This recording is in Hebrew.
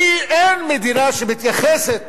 אין מדינה שמתייחסת